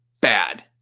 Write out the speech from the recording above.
bad